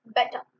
Better